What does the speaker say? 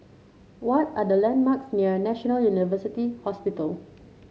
what are the landmarks near National University Hospital